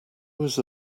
was